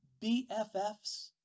BFFs